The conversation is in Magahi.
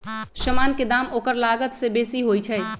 समान के दाम ओकर लागत से बेशी होइ छइ